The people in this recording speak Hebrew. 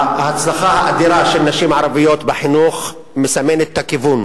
ההצלחה האדירה של נשים ערביות בחינוך מסמנת את הכיוון.